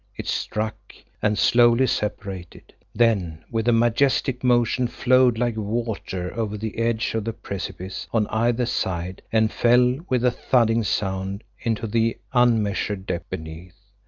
it struck and slowly separated, then with a majestic motion flowed like water over the edge of the precipice on either side, and fell with a thudding sound into the unmeasured depths beneath.